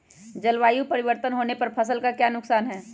जलवायु परिवर्तन होने पर फसल का क्या नुकसान है?